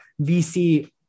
VC